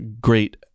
great